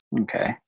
Okay